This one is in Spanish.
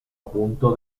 punto